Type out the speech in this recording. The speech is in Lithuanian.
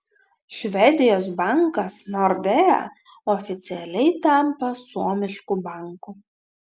švedijos bankas nordea oficialiai tampa suomišku banku